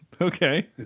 Okay